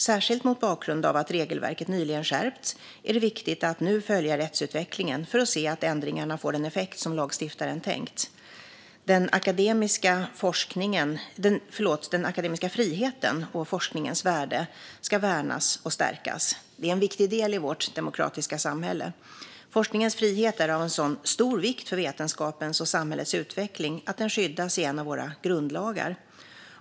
Särskilt mot bakgrund av att regelverket nyligen skärpts är det viktigt att nu följa rättsutvecklingen för att se att ändringarna får den effekt som lagstiftaren tänkt. Den akademiska friheten och forskningens frihet ska värnas och stärkas. Det är en viktig del i vårt demokratiska samhälle. Forskningens frihet är av sådan stor vikt för vetenskapens och samhällets utveckling att den skyddas i en av våra grundlagar.